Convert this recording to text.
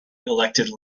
elected